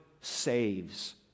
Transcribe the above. saves